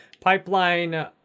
Pipeline